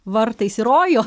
vartais į rojų